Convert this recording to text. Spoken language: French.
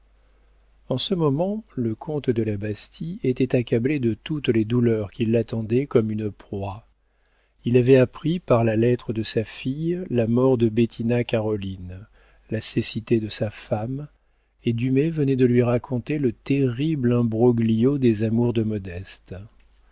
en ce moment le comte de la bastie était accablé de toutes les douleurs qui l'attendaient comme une proie il avait appris par la lettre de sa fille la mort de bettina caroline la cécité de sa femme et dumay venait de lui raconter le terrible imbroglio des amours de modeste